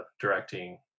directing